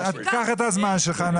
קח את הזמן שלך.